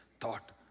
thought